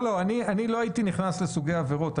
לא הייתי נכנס לסוגי העבירות.